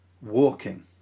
Walking